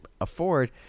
afford